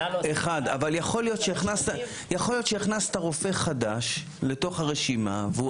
אבל יכול להיות שהכנסת רופא חדש לתוך הרשימה והוא